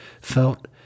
felt